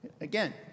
Again